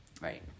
Right